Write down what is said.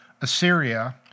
Assyria